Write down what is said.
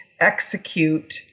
execute